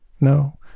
No